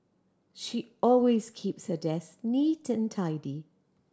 she always keeps her desk neat and tidy